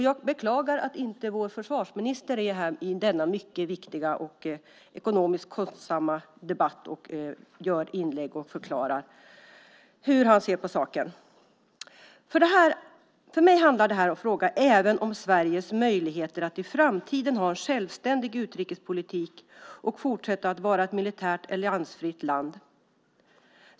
Jag beklagar att vår försvarsminister inte är här i denna debatt om något som är mycket viktigt och ekonomiskt kostsamt och gör inlägg och förklarar hur han ser på saken. För mig handlar denna fråga även om Sveriges möjlighet att i framtiden ha en självständig utrikespolitik och fortsätta vara ett militärt alliansfritt land.